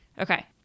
Okay